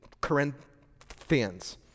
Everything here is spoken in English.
Corinthians